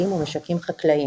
בתים ומשקים חקלאיים.